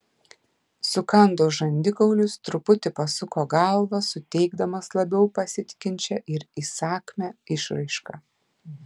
sukando žandikaulius truputį pasuko galvą suteikdamas labiau pasitikinčią ir įsakmią išraišką